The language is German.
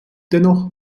dennoch